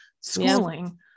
schooling